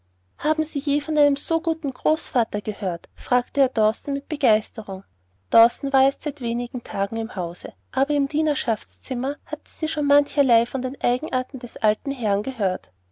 haben sie je von so einem guten großvater gehört fragte er dawson mit begeisterung dawson war erst seit wenigen tagen im hause aber im dienerschaftszimmer hatte sie schon mancherlei von den eigenheiten des alten herrn gehört